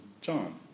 John